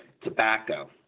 tobacco